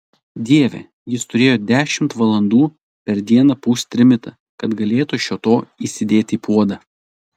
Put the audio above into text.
dieve jis turėjo dešimt valandų per dieną pūst trimitą kad galėtų šio to įsidėti į puodą